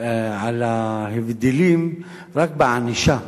על ההבדלים רק בענישה,